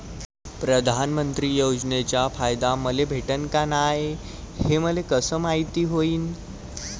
प्रधानमंत्री योजनेचा फायदा मले भेटनं का नाय, हे मले कस मायती होईन?